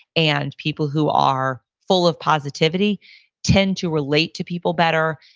and people who are full of positivity tend to relate to people better.